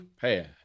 hey